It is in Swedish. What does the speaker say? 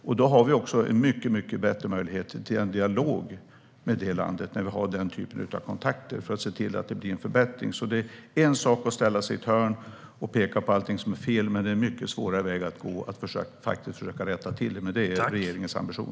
Vi har också en mycket bättre möjlighet till dialog med det landet för att se till att det blir en förbättring när vi har den typen av kontakter. Det är en sak att ställa sig i ett hörn och peka på allting som är fel. Det är en mycket svårare väg att gå att försöka rätta till det, men det är regeringens ambition.